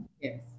Yes